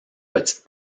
petite